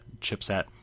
chipset